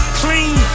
clean